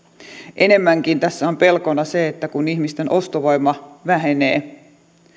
enemmänkin tässä on pelkona se että kun ihmisten ostovoima vähenee